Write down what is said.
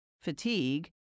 fatigue